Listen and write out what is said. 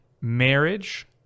marriage